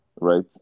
right